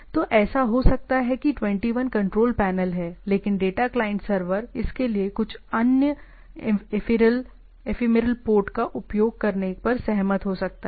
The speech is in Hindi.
तो ऐसा हो सकता है कि 21 कंट्रोल पैनल है लेकिन डेटा क्लाइंट सर्वर इसके लिए कुछ अन्य एफीमेरल पोर्ट का उपयोग करने पर सहमत हो सकता है